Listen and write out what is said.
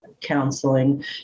counseling